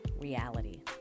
reality